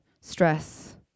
stress